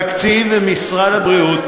תקציב משרד הבריאות,